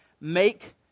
make